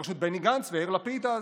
בראשות בני גנץ ויאיר לפיד אז.